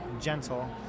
gentle